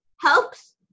helps